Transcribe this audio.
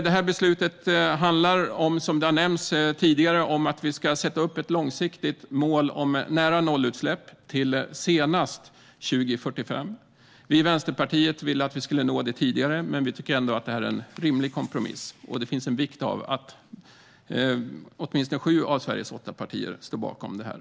Det handlar som tidigare har nämnts om att vi ska sätta upp ett långsiktigt mål om ett nära-noll-utsläpp till senast 2045. Vi i Vänsterpartiet ville att detta skulle nås tidigare, men vi tycker att det blev en rimlig kompromiss. Det finns en poäng med att åtminstone sju av Sveriges riksdags åtta partier står bakom det här.